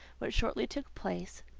which shortly took place,